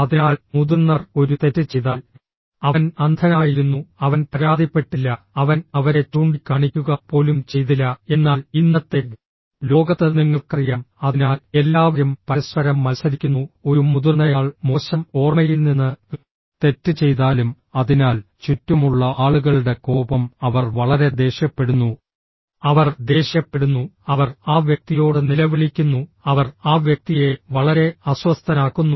അതിനാൽ മുതിർന്നവർ ഒരു തെറ്റ് ചെയ്താൽ അവൻ അന്ധനായിരുന്നു അവൻ പരാതിപ്പെട്ടില്ല അവൻ അവരെ ചൂണ്ടിക്കാണിക്കുക പോലും ചെയ്തില്ല എന്നാൽ ഇന്നത്തെ ലോകത്ത് നിങ്ങൾക്കറിയാം അതിനാൽ എല്ലാവരും പരസ്പരം മത്സരിക്കുന്നു ഒരു മുതിർന്നയാൾ മോശം ഓർമ്മയിൽ നിന്ന് തെറ്റ് ചെയ്താലും അതിനാൽ ചുറ്റുമുള്ള ആളുകളുടെ കോപം അവർ വളരെ ദേഷ്യപ്പെടുന്നു അവർ ദേഷ്യപ്പെടുന്നു അവർ ആ വ്യക്തിയോട് നിലവിളിക്കുന്നു അവർ ആ വ്യക്തിയെ വളരെ അസ്വസ്ഥനാക്കുന്നു